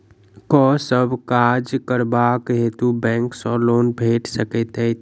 केँ सब काज करबाक हेतु बैंक सँ लोन भेटि सकैत अछि?